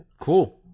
Cool